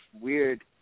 weird